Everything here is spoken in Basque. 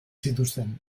zituzten